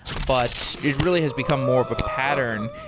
but it really has become more of a pattern,